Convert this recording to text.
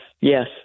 yes